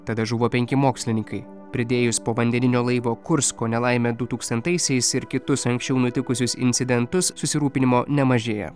tada žuvo penki mokslininkai pridėjus povandeninio laivo kursko nelaimę du tūkstantaisiais ir kitus anksčiau nutikusius incidentus susirūpinimo nemažėja